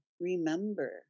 remember